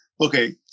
okay